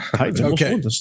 Okay